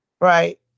Right